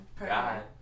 God